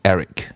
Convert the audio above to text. Eric